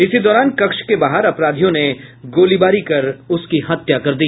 इसी दौरान कक्ष के बाहर अपराधियों ने गोलीबारी कर उसकी हत्या कर दी